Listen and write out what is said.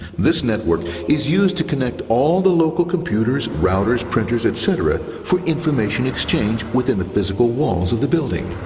this network is used to connect all the local computers, routers, printers, et cetera for information exchange within the physical walls of the building.